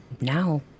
now